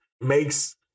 makes